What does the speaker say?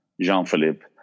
Jean-Philippe